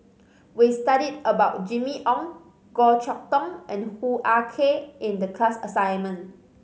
we studied about Jimmy Ong Goh Chok Tong and Hoo Ah Kay in the class assignment